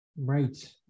Right